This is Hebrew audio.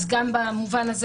אז גם במובן הזה